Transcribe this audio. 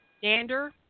Dander